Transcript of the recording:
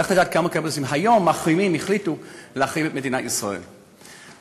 לך תדע כמה קמפוסים שהחליטו להחרים את מדינת ישראל יש היום.